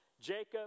Jacob